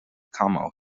como